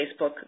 Facebook